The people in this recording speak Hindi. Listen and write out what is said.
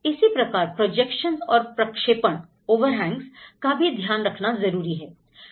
इसी प्रकार प्रोजेक्शंस और प्रक्षेपण का भी ध्यान रखना जरूरी है